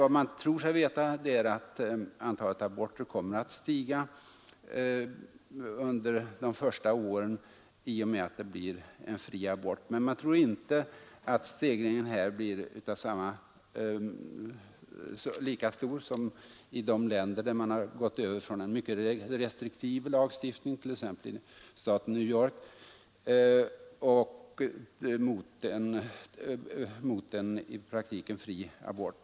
Vad man tror sig veta är att antalet aborter kommer att stiga under de första åren i och med att det blir fri abort, men man tror inte att stegringen blir lika stor som i de länder där man gått direkt över från en mycket restriktiv lagstiftning, t.ex. i staten New York, till en i praktiken fri abort.